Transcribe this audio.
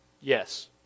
Yes